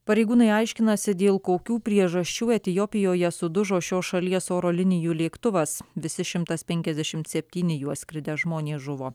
pareigūnai aiškinasi dėl kokių priežasčių etiopijoje sudužo šios šalies oro linijų lėktuvas visi šimtas penkiasdešim septyni juo skridę žmonės žuvo